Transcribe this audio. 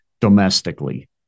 domestically